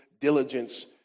diligence